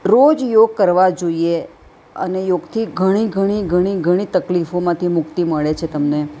રોજ યોગ કરવા જોઈએ અને યોગથી ઘણી ઘણી ઘણી ઘણી તકલીફોમાંથી મુક્તિ મળે છે તમને